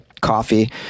coffee